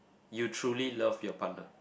you truly love your partner